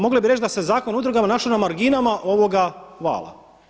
Mogli bi reći da se Zakon o udrugama našao na marginama ovoga vala.